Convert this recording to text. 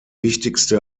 wichtigste